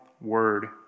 word